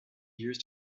years